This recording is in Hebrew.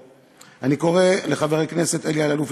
אני קורא לחבר הכנסת אלי אלאלוף,